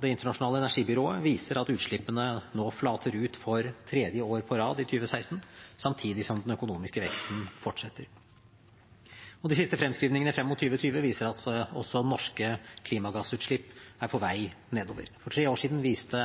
Det internasjonale energibyrået viser at utslippene nå flater ut for tredje år på rad i 2016, samtidig som den økonomiske veksten fortsetter. De siste fremskrivningene frem mot 2020 viser at også norske klimagassutslipp er på vei nedover. For tre år siden viste